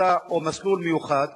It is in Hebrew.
קבוצה או מסלול מיוחד,